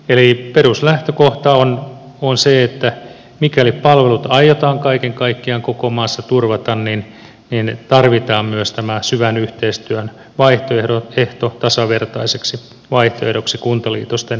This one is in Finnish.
eli peruslähtökohta on se että mikäli palvelut aiotaan kaiken kaikkiaan koko maassa turvata niin tarvitaan myös tämä syvän yhteistyön vaihtoehto tasavertaiseksi vaihtoehdoksi kuntaliitosten rinnalle